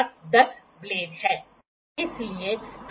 और यहाँ graduation glass tube graduation glass tube है